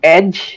Edge